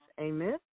amen